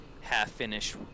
half-finished